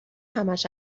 همش